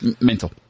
Mental